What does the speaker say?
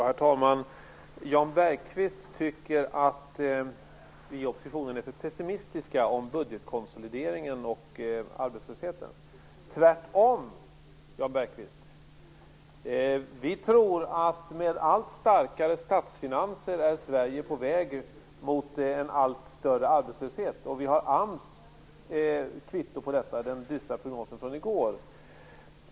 Herr talman! Jan Bergqvist tycker att vi i oppositionen är för pessimistiska om budgetkonsolideringen och arbetslösheten. Det är tvärtom så, Jan Bergqvist, att vi tror att med allt starkare statsfinanser är Sverige på väg mot en allt större arbetslöshet. Vi har AMS kvitto på detta genom den dystra prognosen från i går.